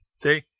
See